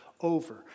over